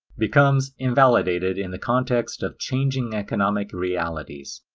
becomes invalidated in the context of changing economic realities.